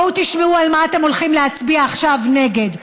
בואו תשמעו על מה אתם הולכים להצביע עכשיו נגד,